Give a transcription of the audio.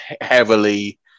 heavily